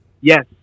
Yes